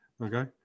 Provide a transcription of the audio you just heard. Okay